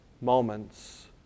moments